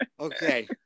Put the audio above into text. Okay